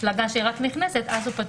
בהפלגה נכנסת, הוא פטור.